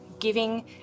giving